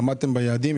עמדתם ביעדים?